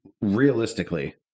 realistically